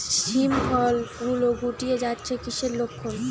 শিম ফল গুলো গুটিয়ে যাচ্ছে কিসের লক্ষন?